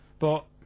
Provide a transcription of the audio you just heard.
but,